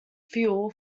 fuel